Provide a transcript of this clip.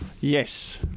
Yes